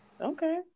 Okay